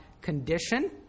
condition